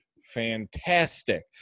fantastic